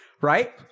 Right